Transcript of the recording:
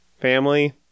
family